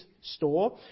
store